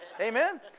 Amen